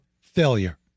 failure